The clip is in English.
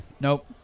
Nope